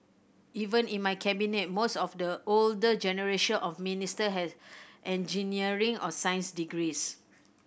even in my Cabinet most of the older generation of minister had engineering or science degrees